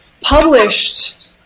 published